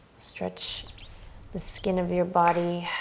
stretch the skin of your body.